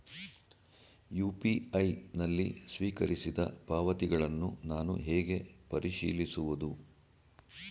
UPI ನಲ್ಲಿ ಸ್ವೀಕರಿಸಿದ ಪಾವತಿಗಳನ್ನು ನಾನು ಹೇಗೆ ಪರಿಶೀಲಿಸುವುದು?